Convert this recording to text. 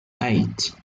eight